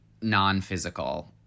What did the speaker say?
non-physical